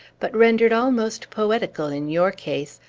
but rendered almost poetical, in your case,